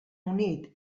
unit